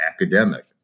academic